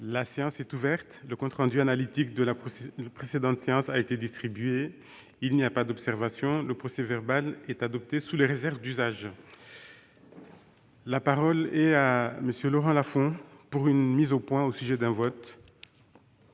La séance est ouverte. Le compte rendu analytique de la précédente séance a été distribué. Il n'y a pas d'observation ?... Le procès-verbal est adopté sous les réserves d'usage. La parole est à M. Laurent Lafon. Monsieur le président,